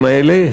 המהלכים האלה,